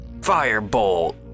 Firebolt